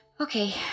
Okay